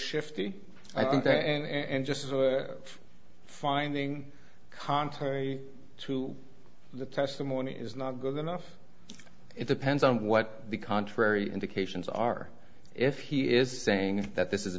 that and just finding contrary to the testimony is not good enough it depends on what the contrary indications are if he is saying that this is